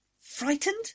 Frightened